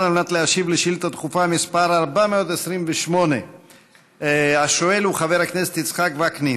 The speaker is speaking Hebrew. ולהשיב על שאילתה דחופה מס' 428. השואל הוא חבר הכנסת יצחק וקנין.